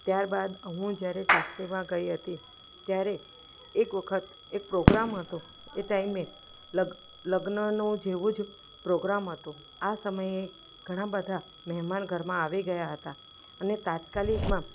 ત્યારબાદ હું ય જ્યારે સાસરીમાં ગઈ હતી ત્યારે એક વખત એક પ્રોગ્રામ હતો એ ટાઈમે લગ લગ્નનો જેવો જ પ્રોગ્રામ હતો આ સમયે ઘણા બધા મહેમાન ઘરમાં આવી ગયા હતા અને તાત્કાલીકમાં